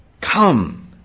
Come